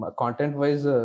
content-wise